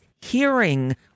hearing